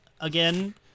again